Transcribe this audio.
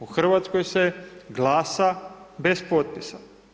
U Hrvatskoj se glasa bez potpisa.